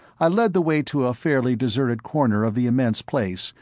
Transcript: i led the way to a fairly deserted corner of the immense place,